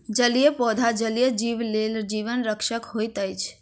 जलीय पौधा जलीय जीव लेल जीवन रक्षक होइत अछि